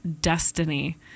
Destiny